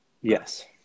Yes